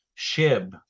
SHIB